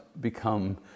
become